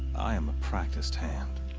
i am a practiced hand.